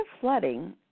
flooding